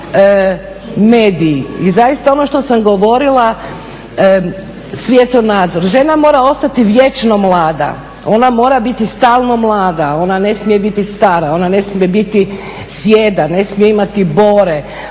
mediji i zaista ono što sam govorila svjetonazor. Žena mora ostati vječno mlada, ona mora biti stalno mlada, ona ne smije biti stara, ona ne smije biti sijeda, ne smije imati bore,